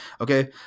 Okay